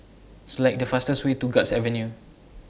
Select The fastest Way to Guards Avenue